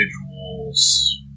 individuals